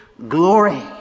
glory